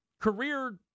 career